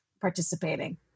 participating